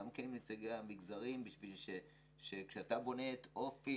כנציגי המגזרים בשביל שכשאתה בונה את אופי